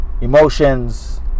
Emotions